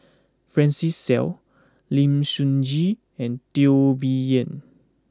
Francis Seow Lim Sun Gee and Teo Bee Yen